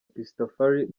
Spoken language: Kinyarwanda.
christafari